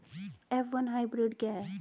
F one hybrid क्या है?